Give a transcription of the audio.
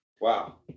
Wow